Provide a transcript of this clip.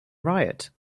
riot